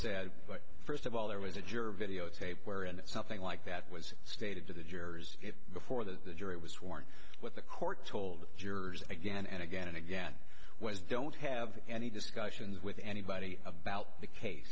said but first of all there was a juror videotape where in something like that was stated to the jurors before the jury was sworn what the court told jurors again and again and again was don't have any discussions with anybody about the case